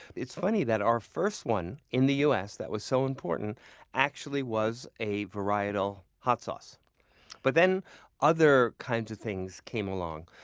it's funny that the first one in the u s. that was so important actually was a varietal hot sauce but then other kinds of things came along.